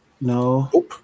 No